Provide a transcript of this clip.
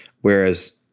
Whereas